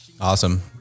Awesome